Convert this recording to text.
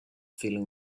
feeling